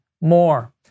more